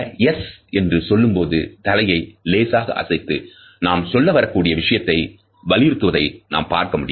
"yes yes yes" என்று சொல்லும்போது தலையை இலேசாக அசைத்து நாம் சொல்ல வரக்கூடிய விஷயத்தை வலியுறுத்துவதை நம்மால் பார்க்க முடியும்